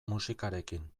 musikarekin